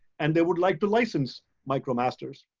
and they would like to license micromasters.